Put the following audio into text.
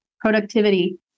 productivity